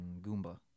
goomba